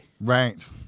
Right